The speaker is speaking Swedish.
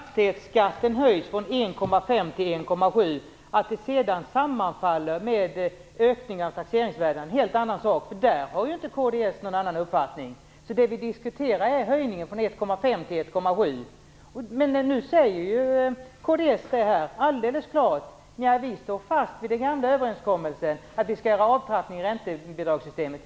Fru talman! Fastighetsskatten höjs från 1,5 % till 1,7 %. Att detta sammanfaller med ökningen av taxeringsvärdena är en helt annan sak, och i det avseendet har kds inte någon avvikande uppfattning. Det som vi diskuterar är alltså höjningen från 1,5 % till 1,7 %. Men kds säger nu alldeles klart att man står fast vid den gamla överenskommelsen om en avtrappning i räntebidragssystemet.